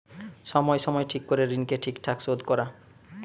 সময় সময় ঠিক করে ঋণকে ঠিক থাকে শোধ করা